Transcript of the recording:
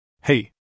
Hey